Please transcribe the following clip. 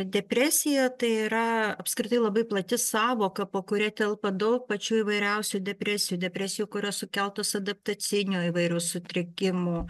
depresija tai yra apskritai labai plati sąvoka po kuria telpa daug pačių įvairiausių depresijų depresijų kurios sukeltos adaptacinių įvairių sutrikimų